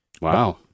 Wow